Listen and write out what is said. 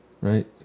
Right